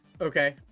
Okay